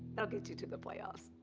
get you to the playoffs.